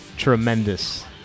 tremendous